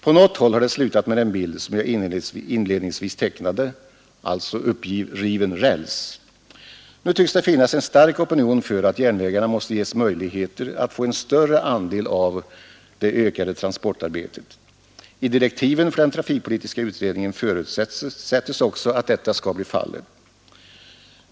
På något håll har det slutat med den bild som jag inledningsvis tecknade, alltså uppriven räls, Nu tycks det finnas en stark opinion för att järnvägarna måste ges möjligheter att få en större andel av det ökade transportarbetet. I direktiven för den trafikpolitiska utredningen förutsättes också att detta skall bli fallet.